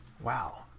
Wow